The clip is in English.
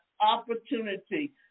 opportunity